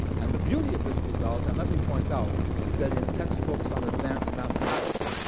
and the beauty of this result and let me point out that in textbooks on advanced mathematics,